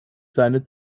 seine